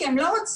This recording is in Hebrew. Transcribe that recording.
כי הם לא רוצים.